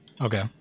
Okay